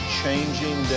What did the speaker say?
changing